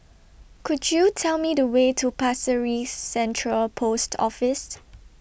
Could YOU Tell Me The Way to Pasir Ris Central Post Office